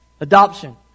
Adoption